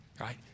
right